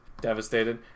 devastated